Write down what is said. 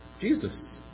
Jesus